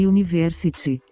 University